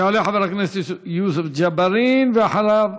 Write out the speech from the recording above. יעלה חבר הכנסת יוסף ג'בארין, ואחריו,